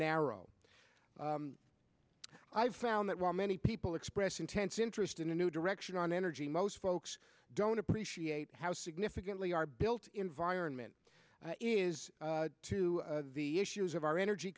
narrow i've found that while many people express intense interest in a new direction on energy most folks don't appreciate how significantly our built environment is to the issues of our energy